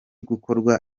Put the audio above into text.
gukorwa